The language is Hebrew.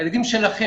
הילדים שלכם,